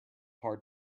heart